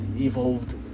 evolved